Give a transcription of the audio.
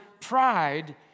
pride